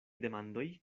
demandoj